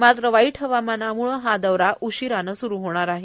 मात्र वाईट हवामानामुळं हा दौरा उशिरानं सुरू होणार आहे